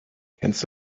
kennst